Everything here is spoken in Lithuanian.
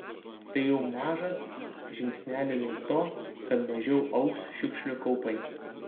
tai jau mažas žingsneli lik to kad mažiau augs šiukšlių kaupai